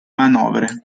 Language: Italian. manovre